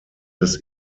des